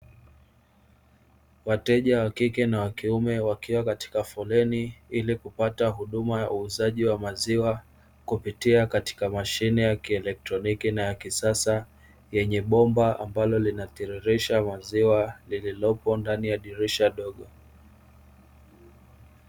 Wateja wa kike na wa kiume wakiwa katika foleni ili kupata huduma ya uuzaji wa maziwa kupitia katika mashine ya kieletroniki na ya kisasa yenye bomba ambalo linatiririsha maziwa, lililopo ndani ya dirisha dogo.